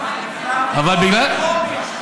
הממשלה לא פראיירית, מה החוק יגיד?